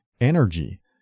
energy